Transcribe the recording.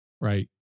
right